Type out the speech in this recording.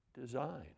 design